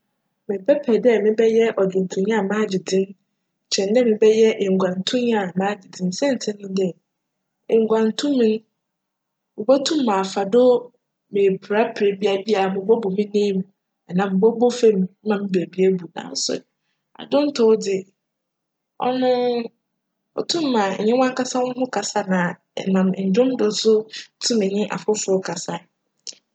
Mebjpj dj mebjyj cdwontonyi a m'agye dzin kyjn dj mebjyj eguantonyi a m'agye dzin. Siantsir nye dj eguantonyi, mobotum afa do epira pira bi a ebia mobobu me nan mu anaa mobcbc famu ma me beebi ebu naaso adwontow dze, cno otum ma enye w'ankasa woho kasa na enam ndwom do so tum nye afofor kasa.